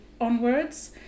onwards